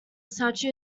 statue